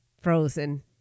Frozen